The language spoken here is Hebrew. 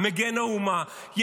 אדוני?